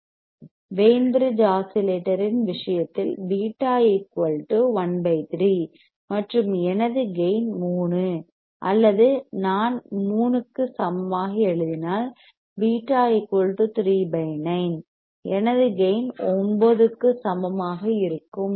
β Wien bridge ஆஸிலேட்டரின் விஷயத்தில் β 13 மற்றும் எனது கேயின் 3 அல்லது நான் 3 க்கு சமமாக எழுதினால் β 39 எனது கேயின் 9 க்கு சமமாக இருக்கும்